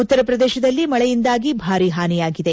ಉತ್ತರ ಪ್ರದೇಶದಲ್ಲಿ ಮಳೆಯಿಂದಾಗಿ ಭಾರಿ ಪಾನಿಯಾಗಿದೆ